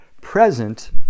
Present